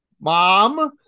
Mom